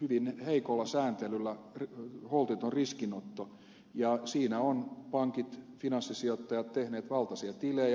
hyvin heikolla sääntelyllä holtiton riskinotto ja siinä ovat pankit finanssisijoittajat tehneet valtaisia tilejä